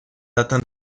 datan